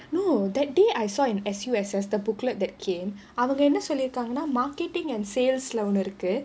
no that day I saw in S_U_S_S the booklet that came அவங்க என்ன சொல்லிருக்காங்கன்னா:avanga enna solleerukaanganaa marketing and sales ஒன்னுர்க்கு:onnurukku